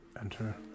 enter